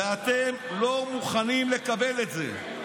ואתם לא מוכנים לקבל את זה.